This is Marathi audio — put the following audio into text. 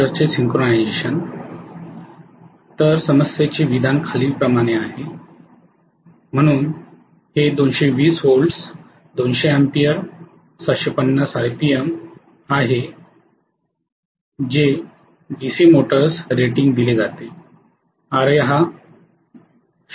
तर समस्येचे विधान खालीलप्रमाणे आहे म्हणून ते 220 व्होल्ट 200 अँपिअर 750 आरपीएम आहे जे डीसी मोटर्स चे रेटिंग दिले जाते Ra हा 0